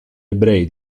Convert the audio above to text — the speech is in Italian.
ebrei